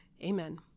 Amen